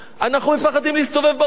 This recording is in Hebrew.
אנחנו מפחדים להסתובב ברחובות,